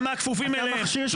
גם מהכפופים אליהם,